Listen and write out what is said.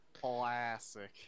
Classic